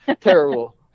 Terrible